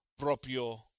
propio